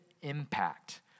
impact